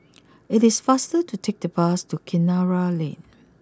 it is faster to take the bus to Kinara Lane